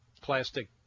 plastic